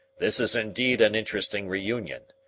this is indeed an interesting reunion,